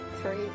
three